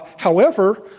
however,